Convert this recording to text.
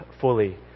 fully